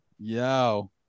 Yo